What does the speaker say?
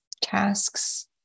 tasks